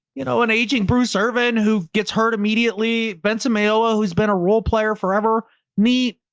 you know an aging brew servant who gets hurt immediately. benson mayo. ah who's been a role-player forever meet.